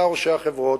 באו ראשי החברות,